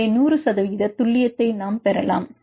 எனவே 100 சதவிகித துல்லியத்தை நாம் பெறலாம்